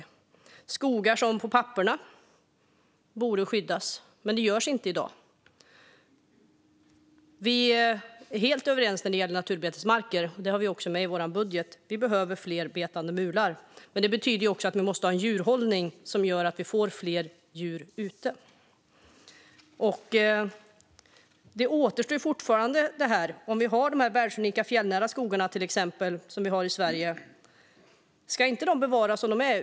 Det är skogar som på papperet borde skyddas, men det görs inte i dag. Vi är helt överens när det gäller naturbetesmarker. Detta har vi också med i vår budget. Vi behöver fler betande mular. Men det betyder också att vi måste ha en djurhållning som gör att vi får fler djur ute. Ska inte till exempel de världsunika fjällnära skogar som vi har i Sverige bevaras som de är?